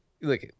Look